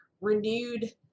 renewed